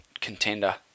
contender